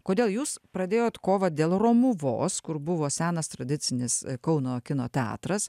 kodėl jūs pradėjot kovą dėl romuvos kur buvo senas tradicinis kauno kino teatras